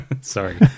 Sorry